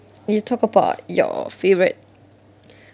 you talk about your favourite